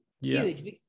huge